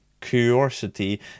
curiosity